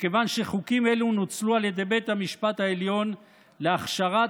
מכיוון שחוקים אלו נוצלו על ידי בית המשפט העליון להכשרת